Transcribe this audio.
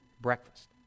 breakfast